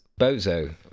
Bozo